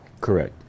Correct